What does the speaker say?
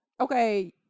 okay